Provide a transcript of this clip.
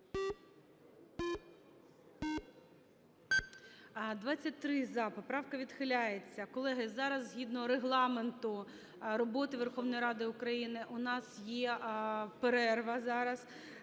За-23 Поправка відхиляється. Колеги, зараз згідно Регламенту роботи Верховної Ради України у нас є перерва зараз